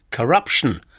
corruption,